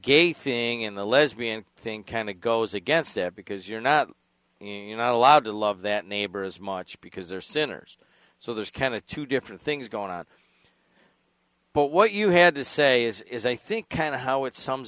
gay thing in the lesbian thing kind of goes against every because you're not you know allowed to love that neighbor as much because they're sinners so there's kind of two different things going on but what you had to say is i think kind of how it sums